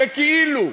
שכאילו,